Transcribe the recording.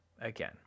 again